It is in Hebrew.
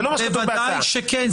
בוודאי שכן, בוודאי שכן.